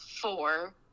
four